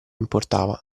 importava